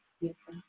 Yes